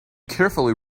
carefully